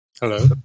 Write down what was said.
Hello